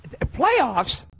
Playoffs